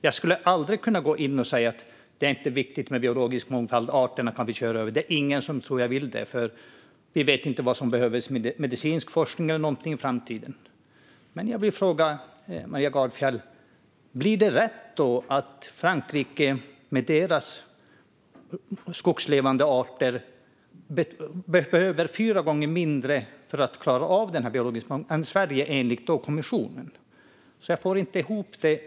Jag skulle aldrig kunna säga att det inte är viktigt med biologisk mångfald och att vi bara kan köra över arterna. Det tror jag inte att någon vill, för vi vet inte vad som behövs i medicinsk forskning eller annat i framtiden. Men jag vill fråga Maria Gardfjell: Är det rätt att göra som man gör i Frankrike? Enligt kommissionen behöver man fyra gånger mindre av deras skogslevande arter för att klara av den biologiska mångfalden än vad man behöver i Sverige. Jag får inte ihop det.